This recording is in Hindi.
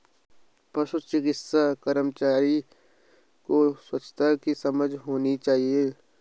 पशु चिकित्सा कर्मचारी को स्वच्छता की समझ होनी चाहिए